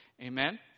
Amen